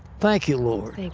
thank you, lord.